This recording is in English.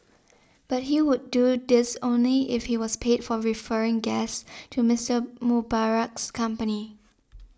but he would do this only if he was paid for referring guests to Mister Mubarak's company